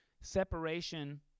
separation